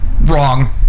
Wrong